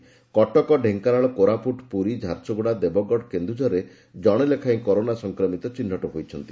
ସେହିପରି କଟକ ଢେଙ୍କାନାଳ କୋରାପୁଟ ପୁରୀ ଝାରସୁଗୁଡ଼ା ଦେବଗଡ଼ ଓ କେନ୍ଦୁଝରରେ ଜଶେ ଲେଖାଏଁ କରୋନା ସଂକ୍ରମିତ ଚିହ୍ବଟ ହୋଇଛନ୍ତି